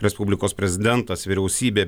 respublikos prezidentas vyriausybė